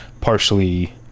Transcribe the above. partially